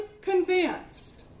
convinced